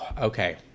Okay